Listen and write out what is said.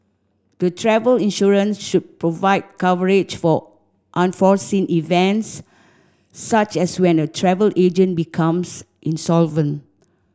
the travel insurance should provide coverage for unforeseen events such as when a travel agent becomes insolvent